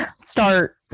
start